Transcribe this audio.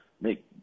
make